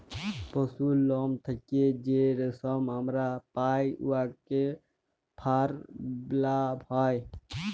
পশুর লম থ্যাইকে যে রেশম আমরা পাই উয়াকে ফার ব্যলা হ্যয়